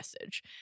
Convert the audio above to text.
message